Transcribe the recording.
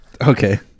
Okay